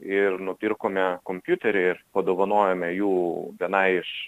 ir nupirkome kompiuterį ir padovanojome jų vienai iš